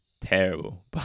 terrible